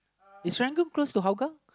is Serangoon close to Hougang